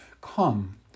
Come